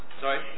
Sorry